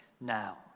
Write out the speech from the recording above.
now